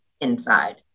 inside